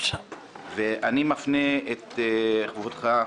אני מפנה את כבודך,